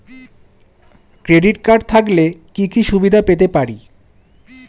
Credit card থাকলে কি কি সুবিধা পেতে পারি?